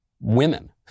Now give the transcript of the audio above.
women